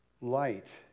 light